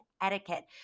etiquette